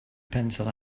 pencil